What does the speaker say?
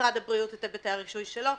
למשרד הבריאות את היבטי הרישוי שלו,